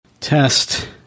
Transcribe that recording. Test